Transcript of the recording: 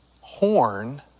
horn